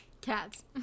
Cats